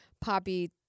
Poppy